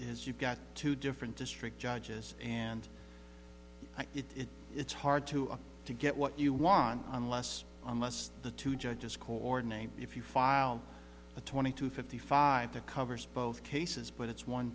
is you've got two different district judges and it it's hard to to get what you want unless unless the two judges coordinate if you file a twenty two fifty five to covers both cases but it's one